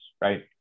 right